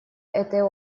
этой